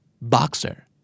Boxer